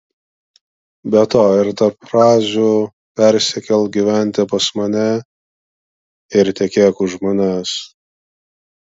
be to ir tarp frazių persikelk gyventi pas mane ir tekėk už manęs